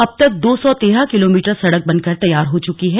अब तक दो सौ तेरह किलोमीटर सड़क बनकर तैयार हो चुकी है